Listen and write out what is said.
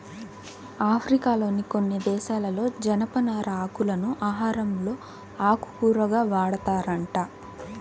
ఆఫ్రికాలోని కొన్ని దేశాలలో జనపనార ఆకులను ఆహారంలో ఆకుకూరగా వాడతారంట